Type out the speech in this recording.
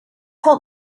help